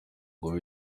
kuva